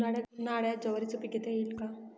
उन्हाळ्यात ज्वारीचे पीक घेता येईल का?